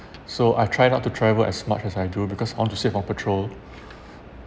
so I try not to travel as much as I do because I want to save on petrol